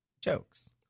jokes